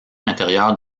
intérieure